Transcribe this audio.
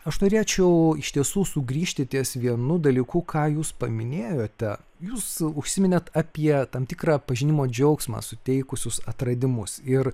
aš norėčiau iš tiesų sugrįžti ties vienu dalyku ką jūs paminėjote jūs užsiminėt apie tam tikrą pažinimo džiaugsmą suteikusius atradimus ir